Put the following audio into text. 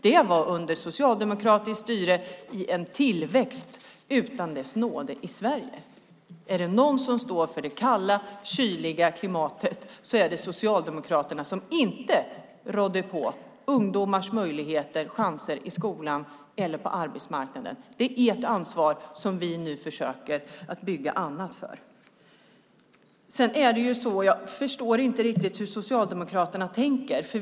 Det var under socialdemokratiskt styre i en period av tillväxt utan like i Sverige. Om det är några som står för det kalla, kyliga klimatet så är det Socialdemokraterna som inte rådde på ungdomars möjligheter, chanser, i skolan eller på arbetsmarknaden. Det var Socialdemokraternas ansvar, och nu försöker vi bygga någonting annat. Jag förstår inte riktigt hur Socialdemokraterna tänker.